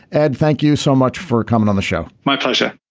ed thank you so much for coming on the show my pleasure.